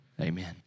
Amen